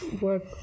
work